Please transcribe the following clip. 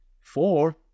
four